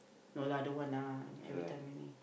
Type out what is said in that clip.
no lah don't want lah everytime only